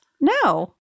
No